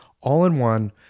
all-in-one